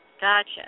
Gotcha